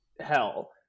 hell